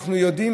אנחנו יודעים,